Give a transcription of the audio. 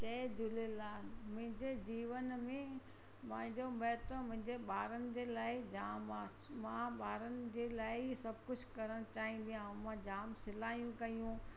जय झूलेलाल मुंहिंजे जीवन में मुंहिंजो महत्व मुंहिंजे ॿारनि जे लाइ जाम आहे मां ॿारनि जे लाइ ई सभु कुझु करणु चाहींदी आहियां मां जाम सिलाइयूं कयूं